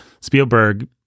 Spielberg